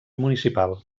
municipal